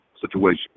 Situation